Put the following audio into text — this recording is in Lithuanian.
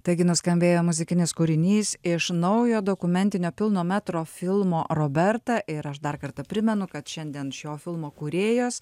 taigi nuskambėjo muzikinis kūrinys iš naujojo dokumentinio pilno metro filmo roberta ir aš dar kartą primenu kad šiandien šio filmo kūrėjos